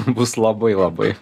bus labai labai